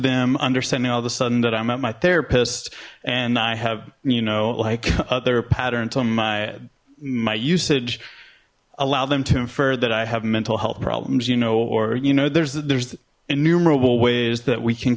them understanding all of a sudden that i'm at my therapist and i have you know like other patterns on my my usage allow them to infer that i have mental health problems you know or you know there's there's innumerable ways that we can